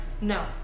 no